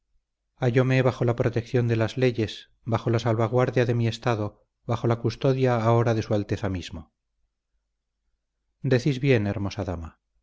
abenzarsal hállome bajo la protección de las leyes bajo la salvaguardia de mi estado bajo la custodia ahora de su alteza mismo decís bien hermosa dama